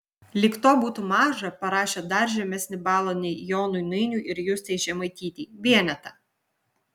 lyg to būtų maža parašė dar žemesnį balą nei jonui nainiui ir justei žemaitytei vienetą